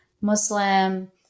Muslim